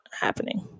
happening